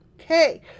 Okay